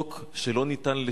חוק שלא ניתן לשינוי.